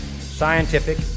scientific